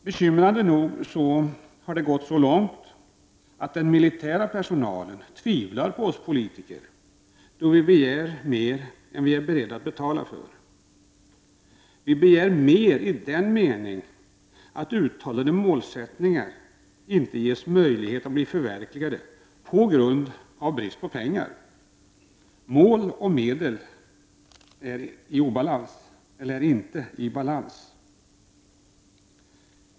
Bekymrande nog har det gått så långt att den militära personalen tvivlar på oss politiker då vi begär mer än vi är beredda att betala för — vi begär mer i den meningen att uttalade målsättningar inte kan förverkligas på grund av brist på pengar. Mål och medel är inte i balans.